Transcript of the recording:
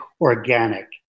organic